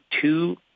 two